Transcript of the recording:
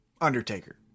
Undertaker